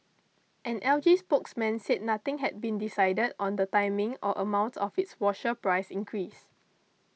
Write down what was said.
an L G spokesman said nothing had been decided on the timing or amount of its washer price increase